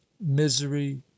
misery